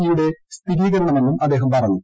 C യുടെ സ്ഥിരീകരണമെന്നും അദ്ദേഹം പ്പറഞ്ഞു